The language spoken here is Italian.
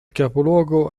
capoluogo